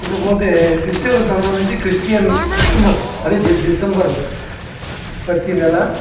ఇకపోతే క్రిస్టియన్కి సంబంధించిన క్రిస్టియన్ క్రిస్టమస్ అదే డిసెంబరు ప్రతినెల